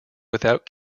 without